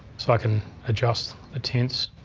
so i can adjust the tints.